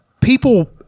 People